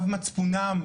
אנחנו לא נפנה אליהם,